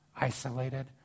isolated